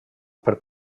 per